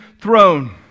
throne